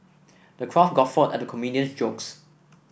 the crowd guffawed at the comedian's jokes